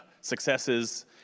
successes